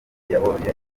yabonye